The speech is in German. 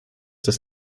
das